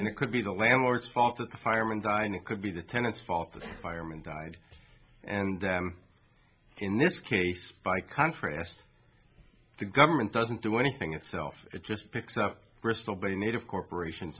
and it could be the landlords fault the firemen die and it could be the tenants fault the firemen died and in this case by contrast the government doesn't do anything itself it just picks up bristol bay native corporations